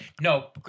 No